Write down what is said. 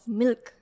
milk